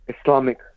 Islamic